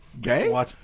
Gay